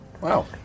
Wow